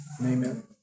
Amen